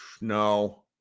No